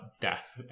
death